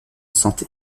santé